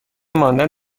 ماندن